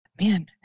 Man